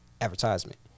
advertisement